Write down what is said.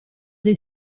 dei